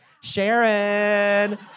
Sharon